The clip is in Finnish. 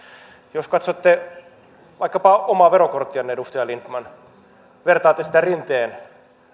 jos katsotte vaikkapa omaa verokorttianne edustaja lindtman ja vertaatte sitä rinteen